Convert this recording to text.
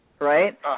right